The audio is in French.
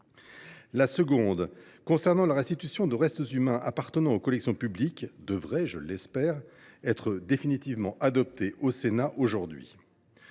La seconde, concernant la restitution de restes humains appartenant aux collections publiques, devrait, je l’espère, être définitivement adoptée par le Sénat aujourd’hui.